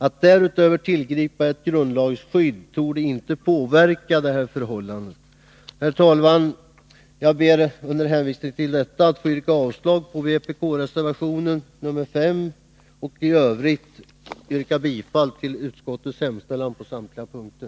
Att därutöver tillgripa ett grundlagsskydd torde inte påverka de här förhållandena. Herr talman! Jag ber med detta att få yrka avslag på vpk-reservationen nr 5 och i övrigt att få yrka bifall till utskottets hemställan på samtliga punkter.